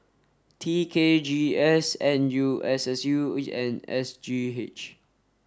T K G S N U S S U and S G H